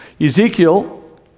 Ezekiel